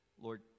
Lord